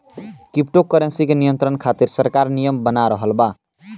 crypto currency के नियंत्रण खातिर सरकार नियम बना रहल बा